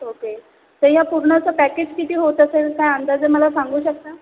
okay तर या पूर्णचं पॅकेज किती होत असेल काय अंदाजे मला सांगू शकता